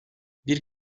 bir